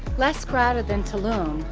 less crowded than tulum.